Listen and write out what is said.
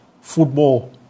football